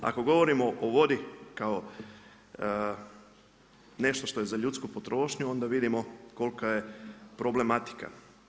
Ako govorimo o vodi kao nešto što je za ljudsku potrošnju onda vidimo kolika je problematika.